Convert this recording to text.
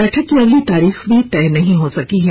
बैठक की अगली तारीख भी तय नहीं हो सकी है